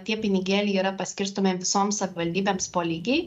tie pinigėliai yra paskirstomi visoms savivaldybėms po lygiai